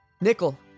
Nickel